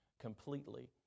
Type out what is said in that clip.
completely